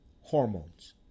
hormones